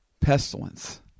Pestilence